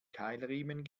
keilriemen